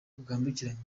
bwambukiranya